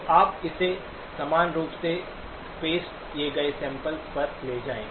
तो आप इसे समान रूप से स्पेस्ड किए गए सैंपल पर ले जाएं